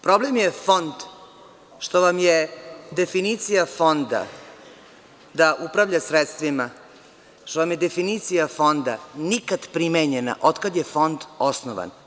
Problem je Fond, što vam je definicija Fonda da upravlja sredstvima, što vam definicija Fonda nikad nije primenjena otkad je Fond osnovan.